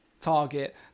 target